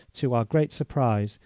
to our great surprise,